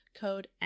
code